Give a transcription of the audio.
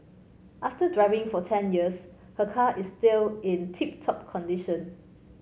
after driving for ten years her car is still in tip top condition